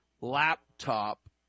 laptop